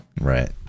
Right